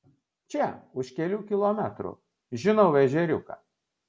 čia už kelių kilometrų žinau ežeriuką